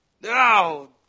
No